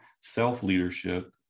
self-leadership